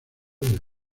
del